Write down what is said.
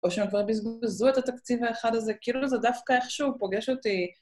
או שהם כבר בזבזו את התקציב האחד הזה, כאילו זה דווקא איכשהו פוגש אותי.